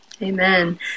Amen